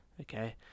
okay